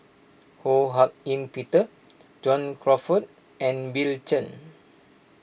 Ho Hak Ean Peter John Crawfurd and Bill Chen